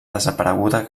desapareguda